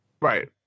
right